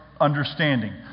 understanding